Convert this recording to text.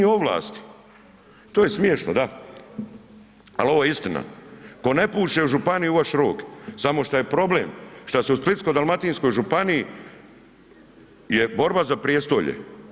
I sad mi ovlasti, to je smiješno, da, ali ovo je istina, tko ne puše u županiji u vaš rog, samo što je problem što se u Splitsko-dalmatinskoj županiji je borba za prijestolje.